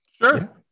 Sure